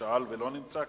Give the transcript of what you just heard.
ששאל ולא נמצא כאן,